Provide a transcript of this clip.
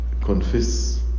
confess